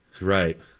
Right